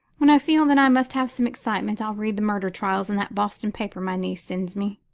when i feel that i must have some excitement i read the murder trials in that boston paper my niece sends me.